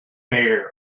bare